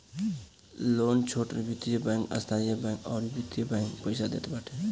loan छोट वित्तीय bank, स्थानीय बैंक अउरी क्षेत्रीय बैंक पईसा देत बाटे